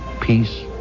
peace